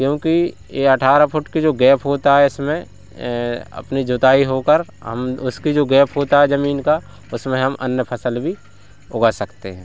क्योंकि ये अठारह फुट कि जो गैप होता है इसमें अपनी जोताई हो कर उसकी जो गैप होता है जमीन का उसमें हम अन्न फसल भी उगा सकते हैं